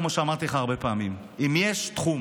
כמו שאמרתי לך הרבה פעמים: אם יש תחום